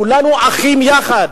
כולנו אחים יחד,